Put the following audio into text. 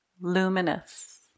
luminous